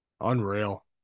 Unreal